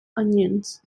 onions